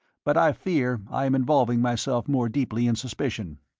but i fear i am involving myself more deeply in suspicion.